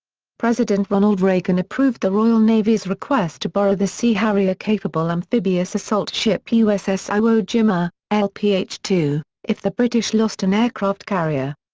president ronald reagan approved the royal navy's request to borrow the sea harrier-capable amphibious assault ship uss iwo jima um lph two if the british lost an aircraft carrier.